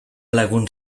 lagun